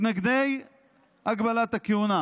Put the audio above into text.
מתנגדי הגבלת הכהונה